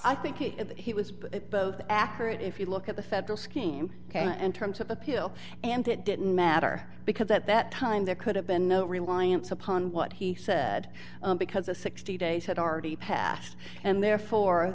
i think he was both accurate if you look at the federal scheme in terms of appeal and it didn't matter because at that time there could have been no reliance upon what he said because the sixty days had already passed and therefore